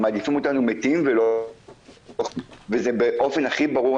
הם מעדיפים אותנו מתים ולא --- וזה באופן הכי ברור,